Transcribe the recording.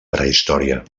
prehistòria